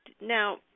Now